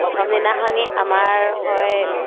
প্ৰথম দিনাখনি আমাৰ হয়